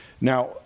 now